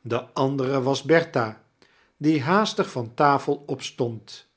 de andere was bertha die haastig van tafel opstond